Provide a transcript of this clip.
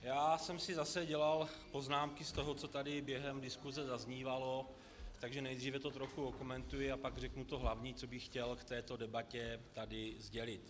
Zase jsem si dělal poznámky z toho, co tady během diskuse zaznívalo, takže nejdříve to trochu okomentuji a pak řeknu to hlavní, co bych chtěl v této debatě tady sdělit.